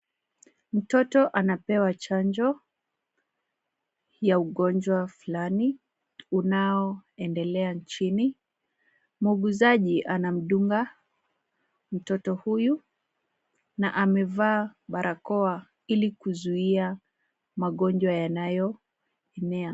Mtoto anapewa chanjo, ya ugonjwa fulani, unaoendelea nchini. Muuguzaji anamdunga mtoto huyu na amevaa barakoa ili kuzuia magonjwa yanayoenea.